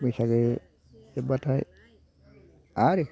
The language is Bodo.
बैसागो जोब्बाथाय आरो